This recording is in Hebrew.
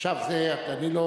עכשיו, אני,